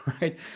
right